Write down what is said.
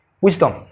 Wisdom